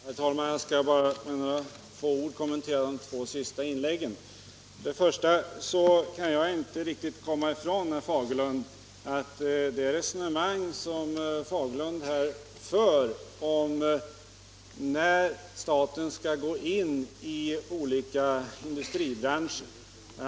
Herr talman! Jag skall bara med några få ord kommentera de två senaste inläggen. Jag vill återkomma till herr Fagerlunds resonemang om när staten skall gå in i olika industribranscher.